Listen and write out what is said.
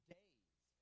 days